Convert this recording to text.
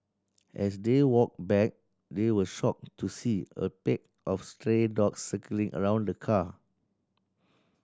as they walked back they were shocked to see a pack of stray dogs circling around the car